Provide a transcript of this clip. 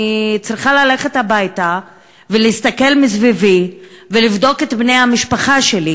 אני צריכה ללכת הביתה ולהסתכל מסביבי ולבדוק את בני המשפחה שלי,